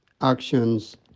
actions